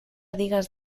digas